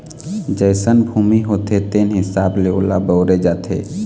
जइसन भूमि होथे तेन हिसाब ले ओला बउरे जाथे